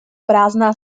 prázdná